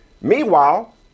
Meanwhile